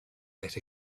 that